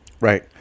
right